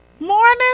Morning